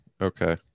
okay